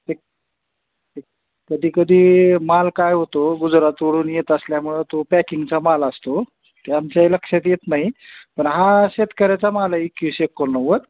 एक कधी कधी माल काय होतो गुजरातवरून येत असल्यामुळं तो पॅकिंगचा माल असतो ते आमच्या लक्षात येत नाही पण हा शेतकऱ्याचा माल आहे एकविस एकोण्णवद